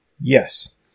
Yes